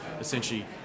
essentially